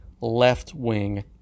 left-wing